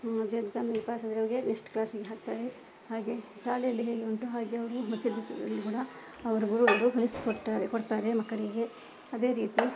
ಹಾಗೆ ಎಕ್ಸಾಮ್ ಅಲ್ಲಿ ಪಾಸಾದವರಿಗೆ ನೆಕ್ಸ್ಟ್ ಕ್ಲಾಸ್ಗೆ ಹಾಕ್ತಾರೆ ಹಾಗೆ ಶಾಲೆಯಲ್ಲಿ ಹೇಗೆ ಉಂಟು ಹಾಗೆ ಅವರು ಮಸೀದಿಯಲ್ಲಿ ಕೂಡ ಅವರ ಗುರುಗಳು ಲಿಸ್ಟ್ ಕೊಡ್ತಾರೆ ಕೊಡ್ತಾರೆ ಮಕ್ಕಳಿಗೆ ಅದೇ ರೀತಿ